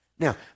Now